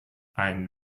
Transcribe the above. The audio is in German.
ein